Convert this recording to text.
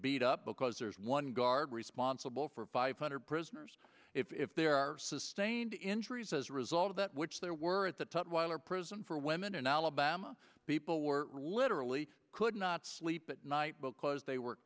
beat up because there's one guard responsible for five hundred prisoners if there are sustained injuries as a result of that which there were at the top while or prison for women in alabama people were literally could not sleep at night because they were